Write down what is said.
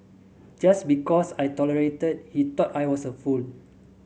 just because I tolerated he thought I was a fool